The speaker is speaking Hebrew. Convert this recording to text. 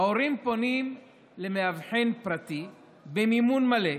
ההורים פונים למאבחן פרטי במימון מלא,